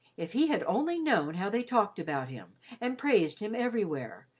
if he had only known how they talked about him and praised him everywhere,